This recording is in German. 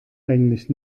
eigentlich